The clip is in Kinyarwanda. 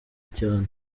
cyane